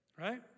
right